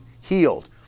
healed